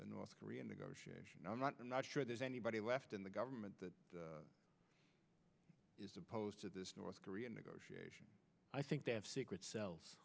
north korean negotiation i'm not i'm not sure there's anybody left in the government that is opposed to this north korea negotiation i think they have secret cel